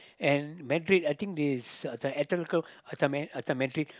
and Madrid I think it's uh this one this one Madrid